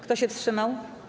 Kto się wstrzymał?